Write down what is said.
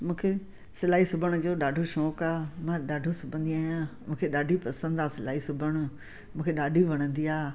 मूंखे सिलाई सिबण जो ॾाढो शौंकु आहे मां ॾाढो सिबंदी आहियां मूंखे ॾाढी पसंदि आहे सिलाई सिबण मूंखे ॾाढी वणंदी आहे